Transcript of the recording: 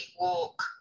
walk